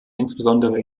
insbesondere